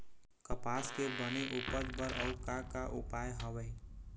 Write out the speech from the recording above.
कपास के बने उपज बर अउ का का उपाय हवे?